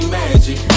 magic